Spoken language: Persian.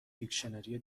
دیکشنری